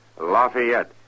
Lafayette